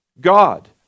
God